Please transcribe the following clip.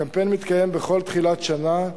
הקמפיין מתקיים בכל תחילת שנה,